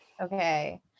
Okay